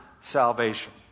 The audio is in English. salvation